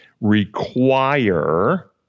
require